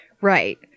Right